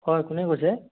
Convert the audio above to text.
হয় কোনে কৈছে